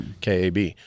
KAB